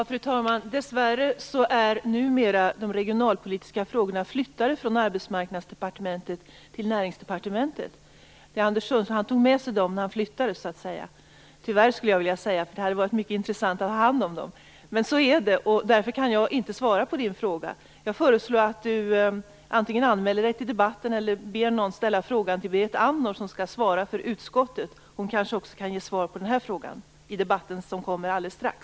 Fru talman! Dessvärre är de regionalpolitiska frågorna numera flyttade från Arbetsmarknadsdepartementet till Näringsdepartementet. Anders Sundström tog så att säga med sig dem när han flyttade - tyvärr skulle jag vilja säga. Det hade varit mycket intressant att ha hand om dem. Så är det i alla fall, och därför kan jag inte svara på Maggi Mikaelssons fråga. Jag föreslår att Maggi Mikaelsson antingen själv anmäler sig debatten eller ber någon annan att ställa frågan till Berit Andnor, som skall svara för utskottet. Hon kanske kan ge svar på frågan i den debatt som kommer alldeles strax.